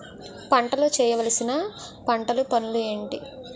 పంటలో చేయవలసిన పంటలు పనులు ఏంటి?